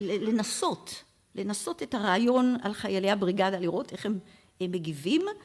לנסות, לנסות את הרעיון על חיילי הבריגדה לראות איך הם מגיבים